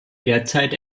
derzeit